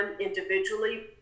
individually